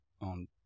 on